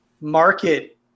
market